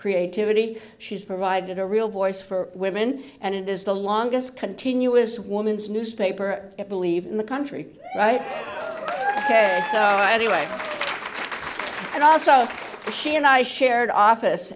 creativity she's provided a real voice for women and it is the longest continuous woman's newspaper i believe in the country right anyway thank you all so can i shared office